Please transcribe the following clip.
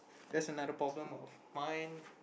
that's another problem of mine